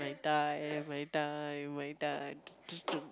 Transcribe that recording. my time my time my time